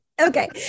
okay